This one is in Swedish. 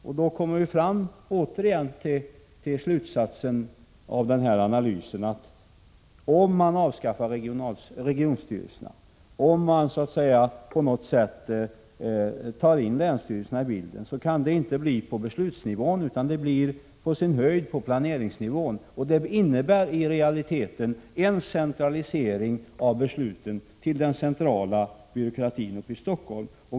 Men då kommer vi än en gång fram till slutsatsen, att om regionstyrelserna avskaffas och länsstyrelserna på något sätt kommer in i bilden, då kan det inte bli fråga om beslutsnivå utan på sin höjd planeringsnivå, och det innebär i realiteten en centralisering av besluten till byråkratin i Stockholm.